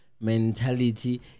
mentality